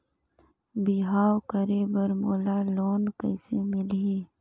बिहाव करे बर मोला लोन कइसे मिलही?